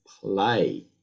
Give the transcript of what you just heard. play